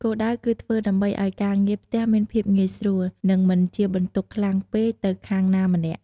គោលដៅ គឺធ្វើដើម្បីឱ្យការងារផ្ទះមានភាពងាយស្រួល និងមិនជាបន្ទុកខ្លាំងពេកទៅខាងណាម្នាក់។